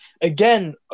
Again